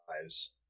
lives